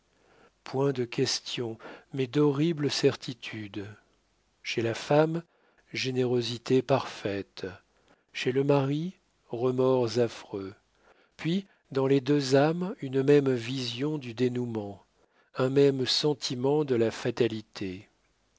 point de questions mais d'horribles certitudes chez la femme générosité parfaite chez le mari remords affreux puis dans les deux âmes une même vision du dénoûment un même sentiment de la fatalité